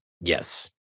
Yes